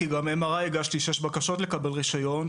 כי גם ל-MRI הגשתי שש בקשות לקבל רישיון,